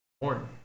born